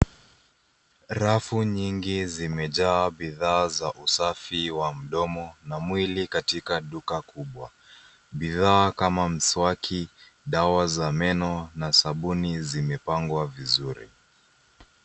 Rafu nyingi zimejaa bidhaa za usafi wa mdomo na mwili katika duka kubwa. Bidhaa kama mswaki, dawa za meno na sabuni zimepangwa vizuri.